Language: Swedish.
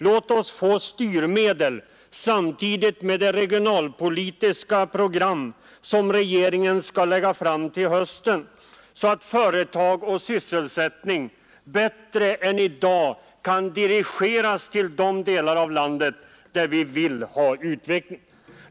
Låt oss få styrmedel, samtidigt med det regionalpolitiska program som regeringen lägger fram till hösten, så att företag och sysselsättning bättre än i dag kan dirigeras till de delar av landet där vi vill ha utveckling!